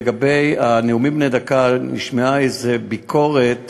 בנאומים בני דקה נשמעה ביקורת